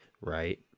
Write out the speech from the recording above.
Right